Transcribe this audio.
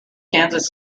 kansas